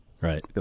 right